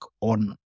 on